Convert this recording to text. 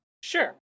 Sure